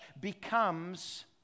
becomes